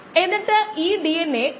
V ഉപയോഗിക്കാം അതിനാൽ ddt of x v into V